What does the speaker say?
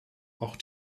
auch